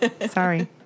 Sorry